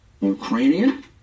Ukrainian